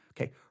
okay